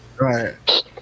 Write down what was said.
Right